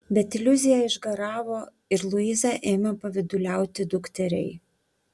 bet iliuzija išgaravo ir luiza ėmė pavyduliauti dukteriai